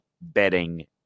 betting